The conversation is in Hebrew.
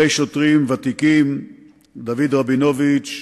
אני מאוד מודה לך,